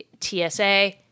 TSA